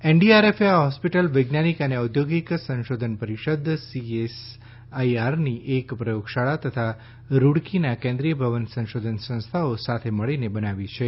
એનડઆરએફે આ હોસ્પિટલ વૈજ્ઞાનિક અને ઔધોગિક સંશોધન પરિષદ સીએસઆઇઆરની એક પ્રયોગશાળા તથા રૂડકીના કેન્દ્રીય ભવન સંશોધન સંસ્થાઓ સાથે મળીને બનાવી છે